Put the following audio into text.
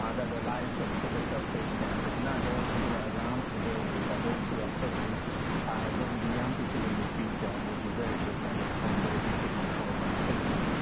that the lives of sickle cell patients, if not those who are around today, but those who are suddenly going to be young people in the future, will be very different from those who came before them. thank you.